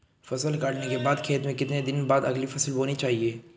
फसल काटने के बाद खेत में कितने दिन बाद अगली फसल बोनी चाहिये?